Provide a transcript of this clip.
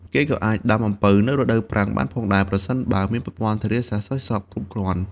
គេក៏អាចដាំអំពៅនៅដូវប្រាំងបានផងដែរ ប្រសិនបើមានប្រព័ន្ធធារាសាស្ត្រស្រោចស្រពគ្រប់គ្រាន់។